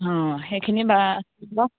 অঁ সেইখিনি বাৰু হ'ব